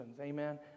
amen